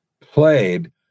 played